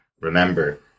remember